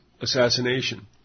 assassination